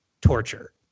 torture